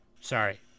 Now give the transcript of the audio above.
sorry